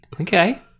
Okay